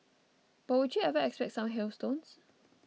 but would you ever expect some hailstones